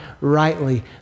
rightly